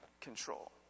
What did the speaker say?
control